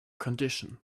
condition